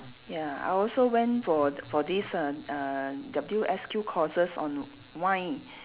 ya I also went for for this uh uh W_S_Q courses on wine